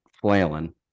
flailing